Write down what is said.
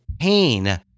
pain